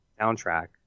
soundtrack